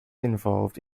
involved